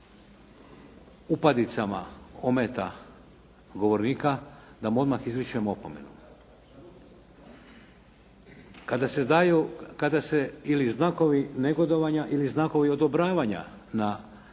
upadicama ometa govornika da mu odmah izričem opomenu? Kada se daju znakovi negodovanja ili znakovi odobravanja na